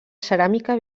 ceràmica